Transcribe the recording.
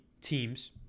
teams